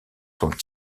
sont